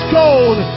gold